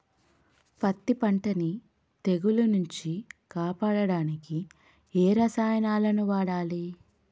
పత్తి పంటని తెగుల నుంచి కాపాడడానికి ఏ రసాయనాలను వాడాలి?